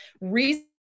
Reason